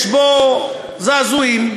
יש בו זעזועים,